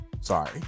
sorry